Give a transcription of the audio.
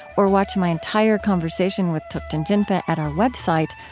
or watch my entire conversation with thupten jinpa at our website,